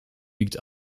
liegt